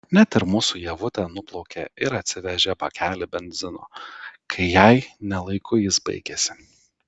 net ir mūsų ievutė nuplaukė ir atsivežė bakelį benzino kai jai ne laiku jis baigėsi